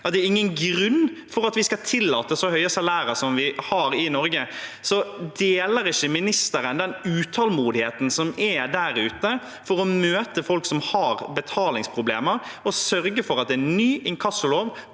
ikke er noen grunn til at vi skal tillate så høye salærer som vi har i Norge. Deler ikke ministeren den utålmodigheten som er der ute etter å møte folk som har betalingsproblemer, og sørge for at en ny inkassolov